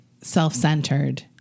self-centered